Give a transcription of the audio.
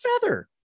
feather